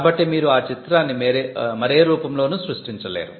కాబట్టి మీరు ఆ చిత్రాన్ని మరే రూపంలోనూ సృష్టించలేరు